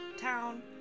town